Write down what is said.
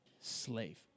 slave